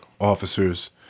officers